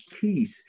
peace